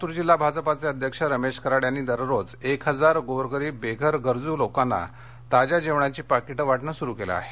लातूर जिल्हा भाजपाचे अध्यक्ष रमेश कराड यांनी दररोज एक हजार गोरगरीब बेघर गरजू लोकांना ताज्या जेवणाची पाकिटं वाटणं सुरू केलं आहे